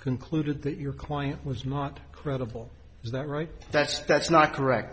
concluded that your client was not credible is that right that's that's not correct